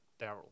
Daryl